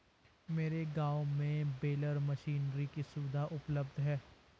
मेरे गांव में बेलर मशीनरी की सुविधा उपलब्ध है